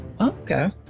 okay